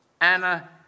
Anna